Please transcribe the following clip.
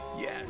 Yes